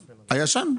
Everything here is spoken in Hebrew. הישן.